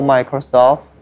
Microsoft